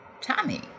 Tommy